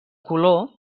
color